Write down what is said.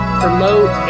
promote